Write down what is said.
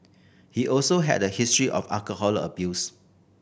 he also had a history of alcohol abuse